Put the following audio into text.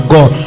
God